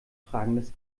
fragendes